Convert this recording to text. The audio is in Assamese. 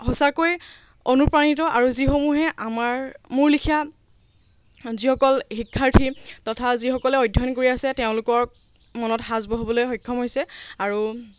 সঁচাকৈ অনুপ্ৰাণিত আৰু যিসমূহে আমাৰ মোৰ লেখিয়া যিসকল শিক্ষাৰ্থী তথা যিসকলে অধ্যয়ন কৰি আছে তেওঁলোকক মনত সাজ বহাবলৈ সক্ষম হৈছে আৰু